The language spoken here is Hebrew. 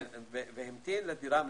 וממתין לדירה מסוימת,